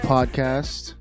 Podcast